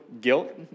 guilt